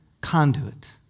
conduit